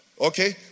Okay